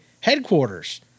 headquarters